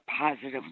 positive